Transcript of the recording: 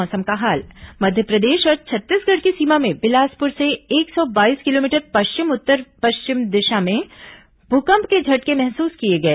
मौसम मध्यप्रदेश और छत्तीसगढ़ की सीमा में बिलासपुर से एक सौ बाईस किलोमीटर पश्चिम उत्तर पश्चिम दिशा में भूंकप के झटके महसूस किए गए